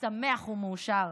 שמח ומאושר.